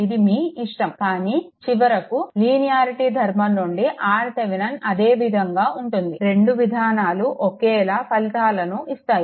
ఇది మీ ఇష్టం కానీ చివరికి లీనియారిటీ ధర్మం నుండి RThevenin అదే విధంగా ఉంటుంది రెండు విధానాలు ఒకేలా ఫలితాలను ఇస్తాయి